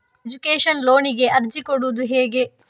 Education ಲೋನಿಗೆ ಅರ್ಜಿ ಕೊಡೂದು ಹೇಗೆ?